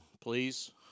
Please